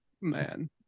man